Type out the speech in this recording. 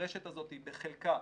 הרשת הזאת בחלקה